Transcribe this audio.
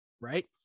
right